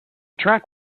track